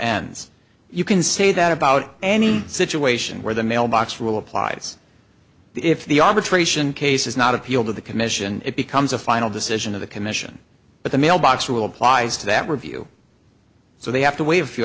d you can say that about any situation where the mailbox rule applies if the arbitration case is not appealed to the commission it becomes a final decision of the commission but the mail box rule applies to that review so they have to wait a few